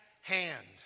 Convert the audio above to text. hand